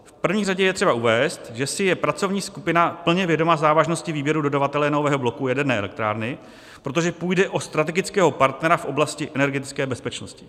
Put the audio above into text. V první řadě je třeba uvést, že si je pracovní skupina plně vědoma závažnosti výběru dodavatele nového bloku jaderné elektrárny, protože půjde o strategického partnera v oblasti energetické bezpečnosti.